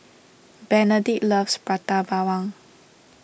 Benedict loves Prata Bawang